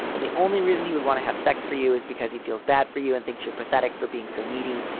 then the only reason he would want to have sex for you is because he feels bad for you and thinks you're pathetic for being so needy.